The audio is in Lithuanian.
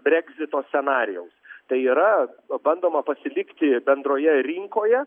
breksito scenarijaus tai yra bandoma pasilikti bendroje rinkoje